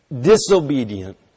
disobedient